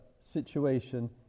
situation